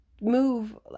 move